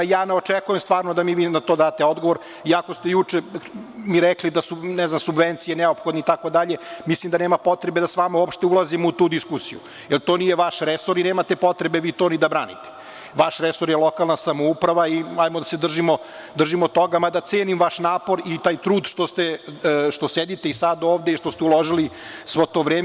Ne očekujem stvarno da mi vi na to date odgovor iako ste juče mi rekli da su subvencije neophodne, mislim da nema potrebe da s vama uopšte ulazim u tu diskusiju, jer to nije vaš resor i nemate potrebe vi to ni da branite, vaš resor je lokalna samouprava i hajde da se držimo toga, mada cenim vaš napor i taj trud što sedite i sad ovde i što ste uložili sve to vreme.